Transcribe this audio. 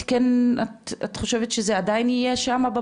את חושבת שזה עדיין יהיה שמה,